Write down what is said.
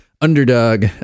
underdog